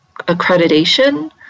accreditation